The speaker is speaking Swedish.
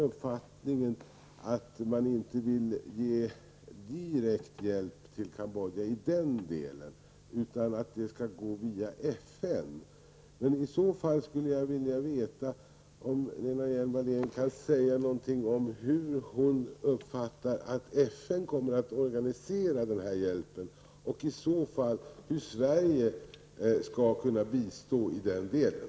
Detta är ju en mycket viktig fråga, eftersom massvis med människor ständigt dör på grund av att de går på minor. Kan Lena Hjelm-Wallén säga något om hur hon uppfattar att FN kommer att organisera denna hjälp, och hur skall i så fall Sverige kunna bistå i den delen?